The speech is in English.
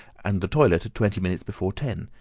and the toilet at twenty minutes before ten.